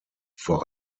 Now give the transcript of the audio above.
vor